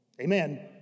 Amen